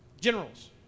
generals